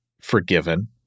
forgiven